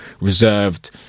reserved